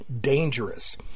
dangerous